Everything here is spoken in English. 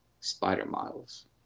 Spider-Miles